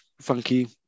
funky